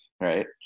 right